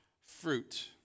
fruit